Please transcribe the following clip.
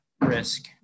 risk